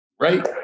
right